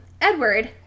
Edward